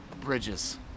bridges